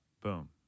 boom